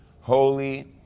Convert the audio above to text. Holy